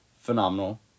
phenomenal